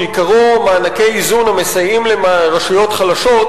שעיקרו מענקי איזון המסייעים לרשויות חלשות,